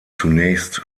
zunächst